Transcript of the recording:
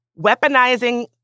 weaponizing